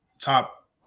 top